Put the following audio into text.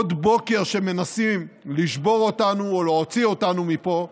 עוד בוקר שבו מנסים לשבור אותנו או להוציא אותנו מפה,